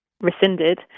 rescinded